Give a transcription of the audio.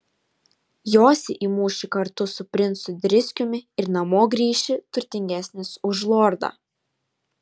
josi į mūšį kartu su princu driskiumi ir namo grįši turtingesnis už lordą